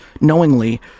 knowingly